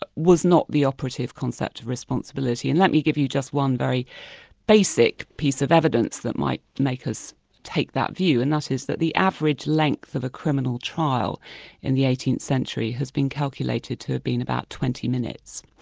but was not the operative concept of responsibility. and let me give you just one very basic piece of evidence that might make us take that view, and that is that the average length of a criminal trial in the eighteenth century has been calculated to have been about twenty minutes.